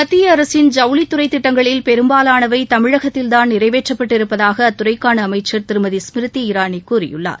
மத்திய அரசின் ஜவுளித் துறை திட்டங்களில் பெரும்பாலானவை தமிழகத்தில் தான் நிறைவேற்றப்பட்டு இருப்பதாக அத்துறைக்கான அமைச்சர் திருமதி ஸ்மிருதி இரானி கூறியுள்ளார்